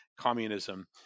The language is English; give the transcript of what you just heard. communism